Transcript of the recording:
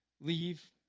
leave